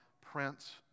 Prince